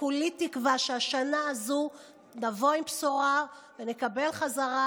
כולי תקוה שהשנה הזו נבוא עם בשורה ונקבל חזרה